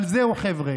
אבל זהו, חבר'ה,